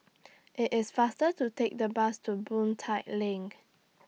IT IS faster to Take The Bus to Boon Tat LINK